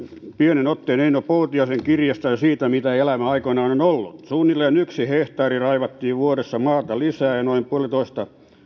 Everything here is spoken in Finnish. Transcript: pienen otteen eino poutiaisen kirjasta siitä mitä elämä aikoinaan on ollut suunnilleen yksi hehtaari raivattiin vuodessa maata lisää ja noin puolessatoista